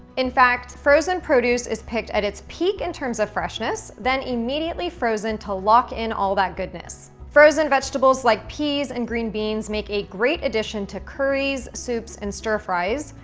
in fact, frozen produce is picked at its peak in terms of freshness, then immediately frozen to lock in all that goodness. frozen vegetables like peas and green beans make a great addition to curries, soups, and stir-fries,